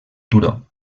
turó